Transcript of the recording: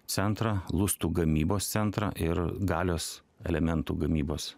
centrą lustų gamybos centrą ir galios elementų gamybos